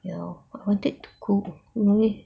you know I wanted to cook apa ni